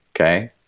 Okay